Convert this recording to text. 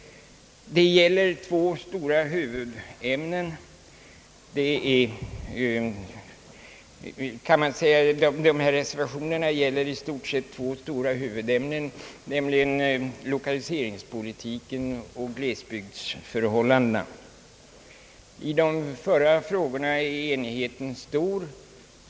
De många reservationerna gäller i stort sett två stora huvudämnen, nämligen glesbygdsförhållandena och lokaliseringspolitiken. I de förra frågorna är enigheten stor.